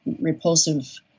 repulsive